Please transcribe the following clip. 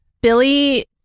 Billy